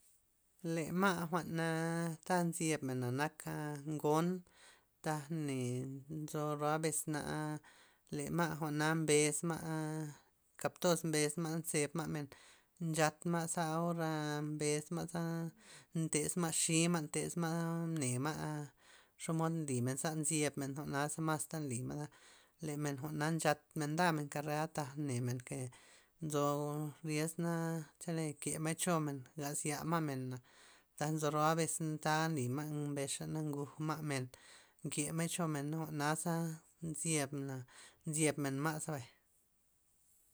Le ma' jwa'na ta nzyeb mena nak ngon, tag ne nzo ro'a besna le ma' jwa'na mbez ma kap toz mbez ma' nzeb ma' men nchat ma'za ora mbez ma'za ntes ma' xima' ne ma' xomod nli men ze nzyebmen jwa'na masta nly ma', le men jwa'na nchatmen ndamen kare'a taj nemen ke nzo ryes na' chele kema'y chomen las yama' men, taj nzo ro'a bes ta nly ma' mbez xa' na nguj ma' men nke ma'y chomena naza jwa'na nzyena- nzyebmen ma'za bay.